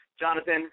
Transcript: Jonathan